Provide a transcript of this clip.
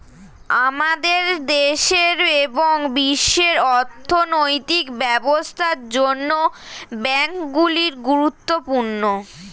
আমাদের দেশের এবং বিশ্বের অর্থনৈতিক ব্যবস্থার জন্য ব্যাংকগুলি গুরুত্বপূর্ণ